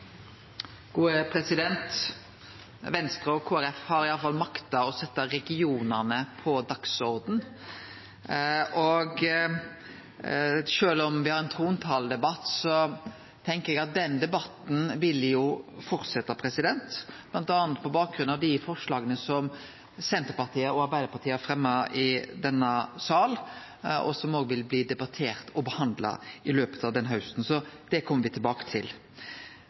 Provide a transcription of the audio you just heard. Venstre og Kristeleg Folkeparti har iallfall makta å setje regionane på dagsordenen. Og sjølv om me har ein trontaledebatt, tenkjer eg at den debatten vil fortsetje, bl.a. på bakgrunn av dei forslaga som Senterpartiet og Arbeidarpartiet har fremja i denne salen, og som òg vil bli debatterte og behandla i løpet av denne hausten. Så det kjem me tilbake til.